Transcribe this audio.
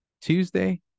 Tuesday